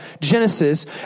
Genesis